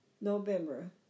November